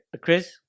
Chris